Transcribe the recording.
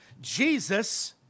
Jesus